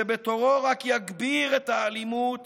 שבתורו רק יגביר את האלימות